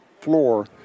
floor